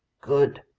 good!